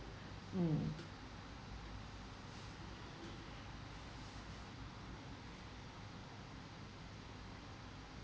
um